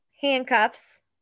handcuffs